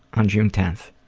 on june tenth.